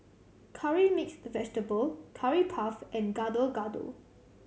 Curry Mixed Vegetable Curry Puff and Gado Gado